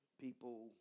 people